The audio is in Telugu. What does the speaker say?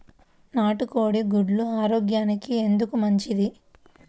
నాటు కోడి గుడ్లు ఆరోగ్యానికి ఎందుకు మంచిది?